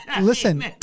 Listen